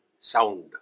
sound